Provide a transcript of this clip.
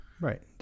Right